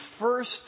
first